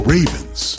Ravens